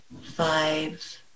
five